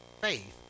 Faith